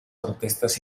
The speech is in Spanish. protestas